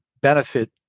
benefit